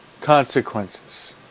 Consequences